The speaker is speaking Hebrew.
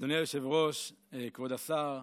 אדוני היושב-ראש, כבוד השר,